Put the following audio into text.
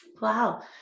Wow